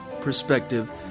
perspective